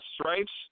stripes